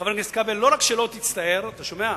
חבר הכנסת כבל, לא רק שלא תצטער, אתה שומע,